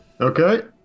Okay